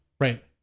Right